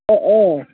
अ अ